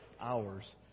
hours